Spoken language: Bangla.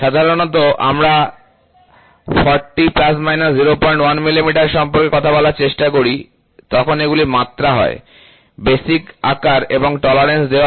সাধারণত যখন আমরা 40 ± 01 মিলিমিটার সম্পর্কে কথা বলার চেষ্টা করি তখন এগুলি মাত্রা হয় বেসিক আকার এবং টলারেন্স দেওয়া হয়